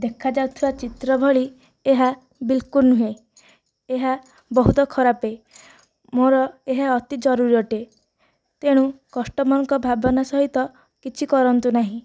ଦେଖାଯାଉଥିବା ଚିତ୍ର ଭଳି ଏହା ବିଲକୁଲ୍ ନୁହେଁ ଏହା ବହୁତ ଖରାପ ମୋର ଏହା ଅତି ଜରୁରୀ ଅଟେ ତେଣୁ କଷ୍ଟମର୍ଙ୍କ ଭାବନା ସହିତ କିଛି କରନ୍ତୁ ନାହିଁ